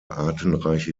artenreiche